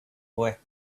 wept